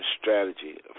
strategy